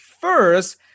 first